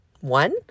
One